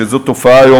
וזו תופעה שהיום,